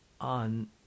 on